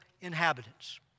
inhabitants